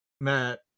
Matt